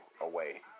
away